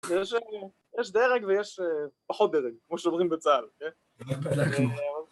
יש דרג ויש פחות דרג כמו שעוברים בצה"ל. כן?